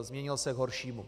Změnil se k horšímu.